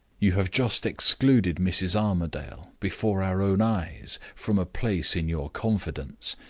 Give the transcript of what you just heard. you have just excluded mrs. armadale, before our own eyes, from a place in your confidence.